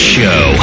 Show